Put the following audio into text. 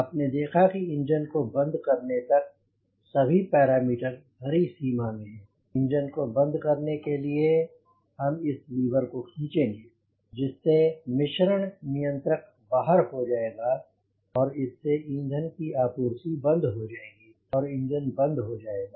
आपने देखा कि इंजन को बंद करने तक सभी पैरामीटर हरी सीमा में हैं इंजन को बंद करने के लिए हम इस लीवर को खीचेंगे जिससे मिश्रण नियंत्रक बाहर हो जाएगा और इससे ईंधन की आपूर्ति बंद हो जाएगी और इंजन बंद हो जाएगा